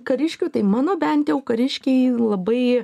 kariškių tai mano bent jau kariškiai labai